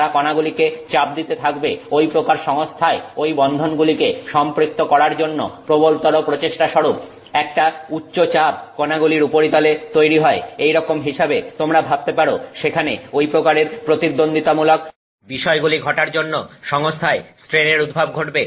তারা কনাগুলিকে চাপ দিতে থাকবে ঐ প্রকার সংস্থায় ওই বন্ধনগুলিকে সম্পৃক্ত করার জন্য প্রবলতর প্রচেষ্টাস্বরূপ একটা উচ্চচাপ কনাগুলির উপরিতলে তৈরি হয় এইরকম হিসাবে তোমরা ভাবতে পারো সেখানে ঐ প্রকারের প্রতিদ্বন্দ্বিতামূলক বিষয়গুলি ঘটার জন্য সংস্থায় স্ট্রেনের উদ্ভব ঘটবে